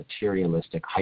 materialistic